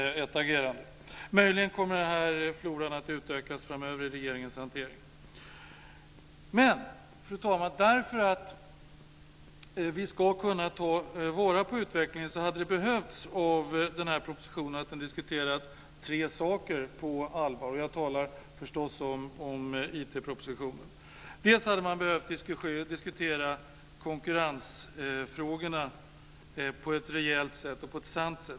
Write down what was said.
Möjligen kommer denna flora att utökas framöver i regeringens hantering. Fru talman! Eftersom vi ska ta vara på utvecklingen hade det behövts diskuteras tre saker på allvar i denna proposition. Jag talar förstås om IT propositionen. Man hade behövt diskutera konkurrensfrågorna på ett rejält och sant sätt.